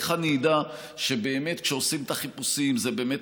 איך אני אדע שכשעושים את החיפושים זה באמת